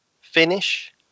finish